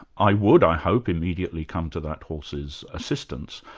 i would i hope, immediately come to that horse's assistance.